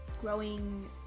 growing